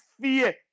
fear